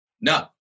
No